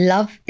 Love